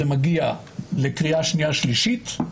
זה מגיע לקריאה שנייה ושלישית,